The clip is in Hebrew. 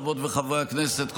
חברות וחברי הכנסת,